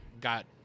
got